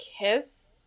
kiss